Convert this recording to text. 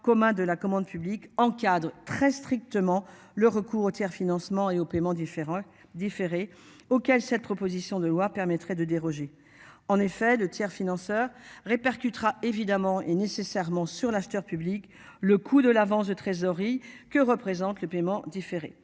commun de la commande publique encadre très strictement le recours au tiers-financement et au paiement différents différé auquel cette proposition de loi permettrait de déroger. En effet le tiers financeurs répercutera évidemment et nécessairement sur l'acheteur public. Le coût de l'avance de trésorerie que représente le paiement différé